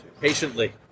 patiently